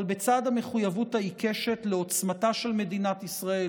אבל בצד המחויבות העיקשת לעוצמתה של מדינת ישראל,